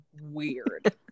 weird